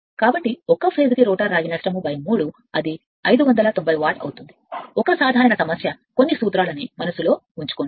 కాబట్టి ఒక్క దశకు రోటర్ రాగి నష్టం 3 అది 590 వాట్ అవుతుంది ఒక సాధారణ సమస్య అది కొన్ని సూత్రాన్ని మనస్సులో ఉంచుకోవాలి